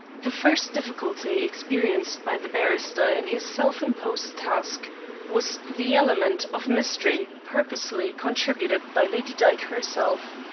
the first difficulty experienced by the barrister in his self-imposed task was the element of mystery purposely contributed by lady dyke herself.